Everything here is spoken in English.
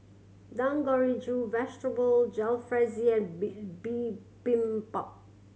Dangojiru Vegetable Jalfrezi and Bill Bibimbap